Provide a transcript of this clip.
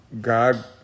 god